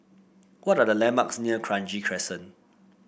what are the landmarks near Kranji Crescent